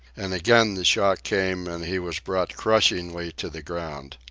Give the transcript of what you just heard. and again the shock came and he was brought crushingly to the ground.